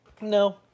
No